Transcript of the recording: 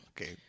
Okay